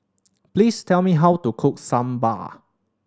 please tell me how to cook Sambar